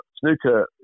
snooker